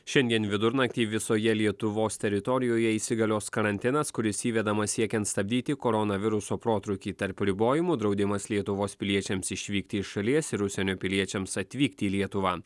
šiandien vidurnaktį visoje lietuvos teritorijoje įsigalios karantinas kuris įvedamas siekiant stabdyti koronaviruso protrūkį tarp ribojimų draudimas lietuvos piliečiams išvykti iš šalies ir užsienio piliečiams atvykti į lietuvą